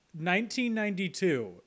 1992